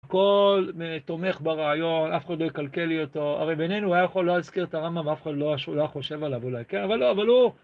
הכל תומך ברעיון, אף אחד לא יקלקל לי אותו, הרי בינינו היה יכול לא להזכיר את הרמב"ם, ואף אחד לא היה חושב עליו אולי, כן, אבל לא, אבל הוא...